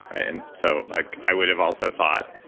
and so like i would have also thought,